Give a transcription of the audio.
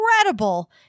incredible